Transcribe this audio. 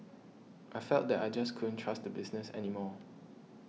I felt that I just couldn't trust the business any more